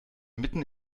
mitten